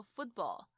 Football